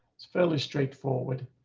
it's fairly straightforward.